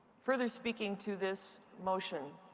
further speaking to this motion?